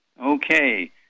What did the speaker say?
Okay